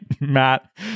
Matt